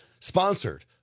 sponsored